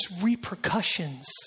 repercussions